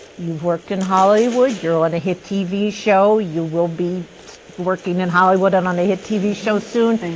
you have worked in hollywood, you are on a hit tv show, you will be working in hollywood on on a hit tv show soon.